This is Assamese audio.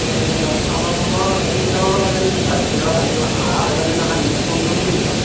আহাৰ আগ দিনাখন মোক ফোন কৰি দিলে হ'ল